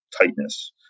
tightness